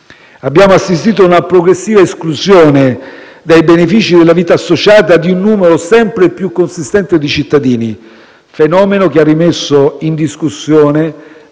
Abbiamo assistito a una progressiva esclusione dai benefici della vita associata di un numero sempre più consistente di cittadini, fenomeno che ha rimesso in discussione